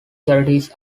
charities